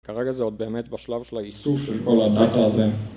כרגע זה עוד באמת בשלב של האיסוף של כל הדאטה הזה